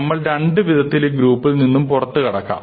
നമ്മൾ രണ്ടു വിധത്തിൽ ഈ ഗ്രൂപ്പിൽ നിന്നും പുറത്തു കടക്കാം